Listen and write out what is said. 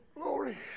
Glory